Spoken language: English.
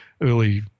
early